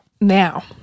Now